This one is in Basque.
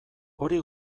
hori